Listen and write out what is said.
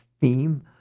theme